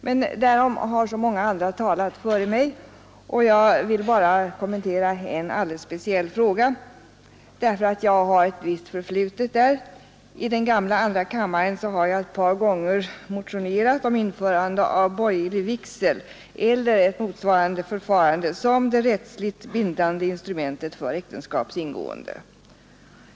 Men därom har många andra talat före mig. Det är bara en alldeles speciell fråga jag vill något beröra därför att jag har ett visst förflutet i den. I den gamla andra kammaren har jag ett par gånger motionerat om införande av borgerlig vigsel eller ett motsvarande förfarande såsom det rättsligt bindande instrumentet för äktenskaps ingående.